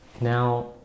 Now